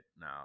now